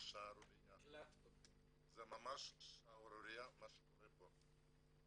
זו ממש שערורייה מה שקורה פה.